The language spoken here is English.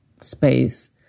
space